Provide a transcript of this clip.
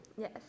Yes